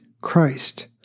Christ